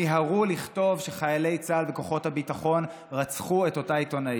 מיהרו לכתוב שחיילי צה"ל וכוחות הביטחון רצחו את אותה עיתונאית.